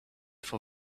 for